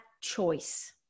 choice